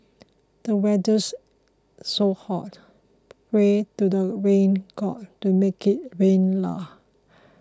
the weather's so hot pray to the rain god to make it rain leh